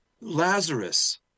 Lazarus